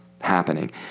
happening